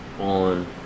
on